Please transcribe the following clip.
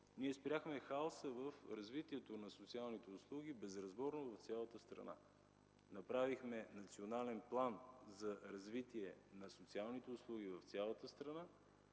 Ние спряхме хаоса в развитието на социалните услуги, безразборно, в цялата страна. Направихме Национален план за развитие на социалните услуги – в цялата страна,